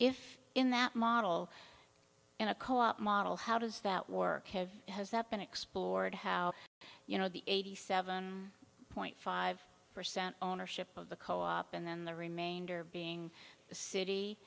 if in that model and a co op model how does that work has that been explored how you know the eighty seven point five percent ownership of the co op and then the remainder being